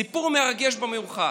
סיפור מרגש במיוחד.